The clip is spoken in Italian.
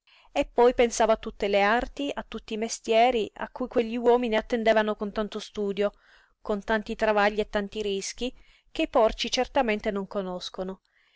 e poi pensavo a tutte le arti a tutti i mestieri a cui quegli uomini attendevano con tanto studio con tanti travagli e tanti rischi che i porci certamente non conoscono